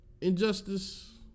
injustice